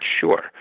sure